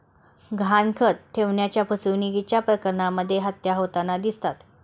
गहाणखत ठेवण्याच्या फसवणुकीच्या प्रकरणांमध्येही हत्या होताना दिसतात